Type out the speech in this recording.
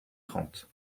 trente